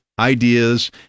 ideas